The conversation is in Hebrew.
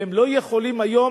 והם לא יכולים היום,